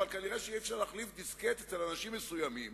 אבל כנראה אי-אפשר להחליף דיסקט אצל אנשים מסוימים,